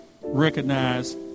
recognize